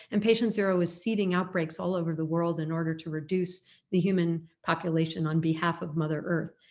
and patient zero is seeding outbreaks all over the world in order to reduce the human population on behalf of mother earth.